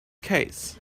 case